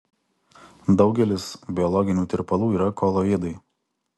daugelis biologinių tirpalų yra koloidai